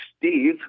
Steve